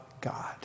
God